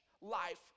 life